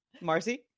Marcy